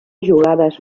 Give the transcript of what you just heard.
jugades